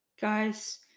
guys